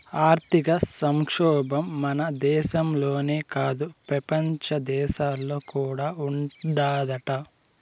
ఆర్థిక సంక్షోబం మన దేశంలోనే కాదు, పెపంచ దేశాల్లో కూడా ఉండాదట